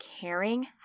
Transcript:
caring